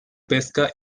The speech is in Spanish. pesca